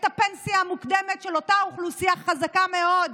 הפנסיה המוקדמת של אותה אוכלוסייה חזקה מאוד,